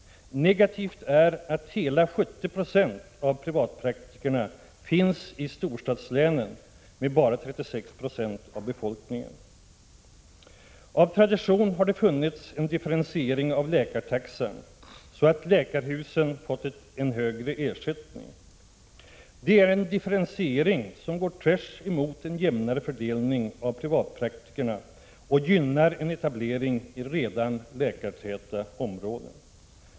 Negativt är att hela 70 26 av privatpraktikerna finns i storstadslänen med bara 36 96 av befolkningen. Av tradition har det funnits en differentiering av läkartaxan på så sätt att läkarhusen fått en högre ersättning. Det är en differentiering som går tvärs emot strävandena för en jämnare fördelning av privatpraktikerna och gynnar en etablering i redan läkartäta områden.